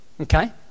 okay